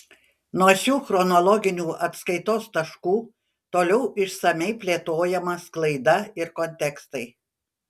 nuo šių chronologinių atskaitos taškų toliau išsamiai plėtojama sklaida ir kontekstai